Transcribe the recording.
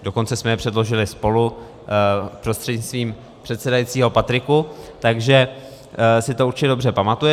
Dokonce jsme je předložili spolu, prostřednictvím předsedajícího Patriku, takže si to určitě dobře pamatuješ.